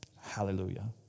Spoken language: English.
Hallelujah